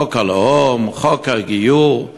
חוק הלאום, חוק הגיור,